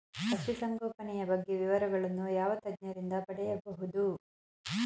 ಪಶುಸಂಗೋಪನೆಯ ಬಗ್ಗೆ ವಿವರಗಳನ್ನು ಯಾವ ತಜ್ಞರಿಂದ ಪಡೆಯಬಹುದು?